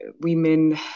women